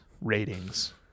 ratings